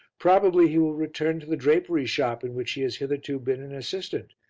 probably he will return to the drapery shop in which he has hitherto been an assistant,